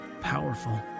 powerful